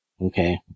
Okay